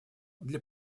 для